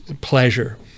pleasure